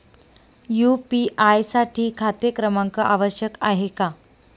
UPI साठी खाते क्रमांक आवश्यक आहे का?